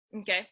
Okay